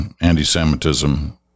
anti-Semitism